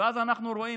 עאלק אזרחי,